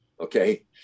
okay